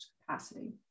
capacity